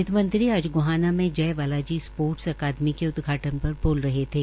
वितमंत्री आज गोहाना मे जय बालाजी स्पोर्टस अकादमी के उदघाटन पर बोल रहे थे